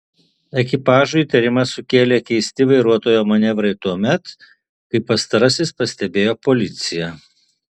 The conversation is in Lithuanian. ekipažui įtarimą sukėlė keisti vairuotojo manevrai tuomet kai pastarasis pastebėjo policiją